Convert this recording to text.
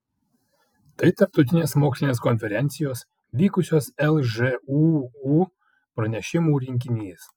tai tarptautinės mokslinės konferencijos vykusios lžūu pranešimų rinkinys